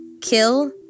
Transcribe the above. Kill